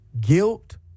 guilt